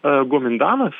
a gumindanas